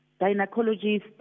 gynecologist